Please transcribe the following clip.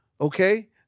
okay